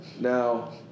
Now